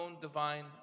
divine